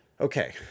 Okay